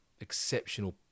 exceptional